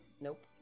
Nope